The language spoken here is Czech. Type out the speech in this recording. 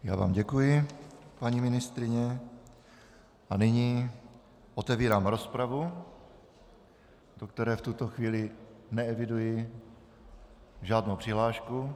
Já vám děkuji, paní ministryně, a nyní otevírám rozpravu, do které v tuto chvíli neeviduji žádnou přihlášku.